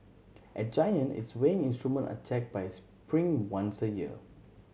at Giant its weighing instrument are checked by Spring once a year